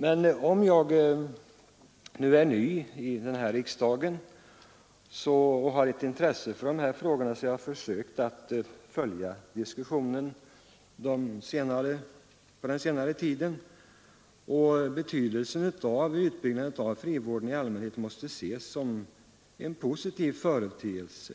Men trots att jag är ny här i riksdagen har jag som sagt ett intresse för dessa frågor, och jag har försökt att följa diskussionen på den senare tiden. Betoningen av utbyggnaden av frivården i allmänhet måste ses som en positiv företelse.